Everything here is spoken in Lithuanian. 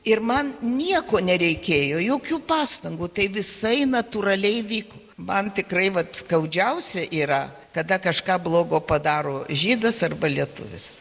ir man nieko nereikėjo jokių pastangų tai visai natūraliai vyko man tikrai vat skaudžiausia yra kada kažką blogo padaro žydas arba lietuvis